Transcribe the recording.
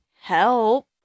help